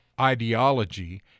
ideology